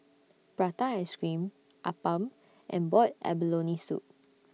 Prata Ice Cream Appam and boiled abalone Soup